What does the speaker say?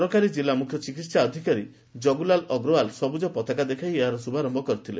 ସହକାରୀ ଜିଲ୍ଲା ମୁଖ୍ୟ ଚିକିହା ଅଧିକାରୀ ଜଗୁଲାଲ୍ ଅଗ୍ରଓ୍ୱାଲ୍ ସବୁକ ପତାକା ଦେଖାଇ ଏହାର ଶୁଭାରୟ କରିଥିଲେ